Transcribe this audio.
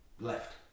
left